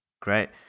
Great